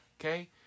Okay